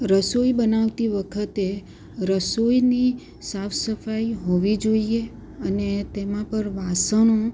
રસોઈ બનાવતી વખતે રસોઈની સાફસફાઈ હોવી જોઈએ અને તેમાં પણ વાસણો